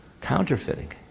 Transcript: counterfeiting